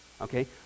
okay